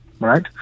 right